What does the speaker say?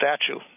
statue